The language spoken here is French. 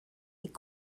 est